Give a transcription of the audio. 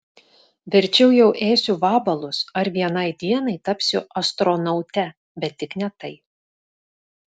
verčiau jau ėsiu vabalus ar vienai dienai tapsiu astronaute bet tik ne tai